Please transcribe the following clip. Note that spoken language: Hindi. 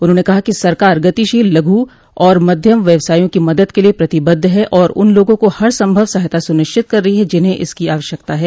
उन्होंने कहा कि सरकार गतिशील लघु और मध्यम व्यवसायों की मदद के लिए प्रतिबद्ध है और उन लोगों को हर संभव सहायता सुनिश्चित कर रही है जिन्हें इसकी आवश्यकता है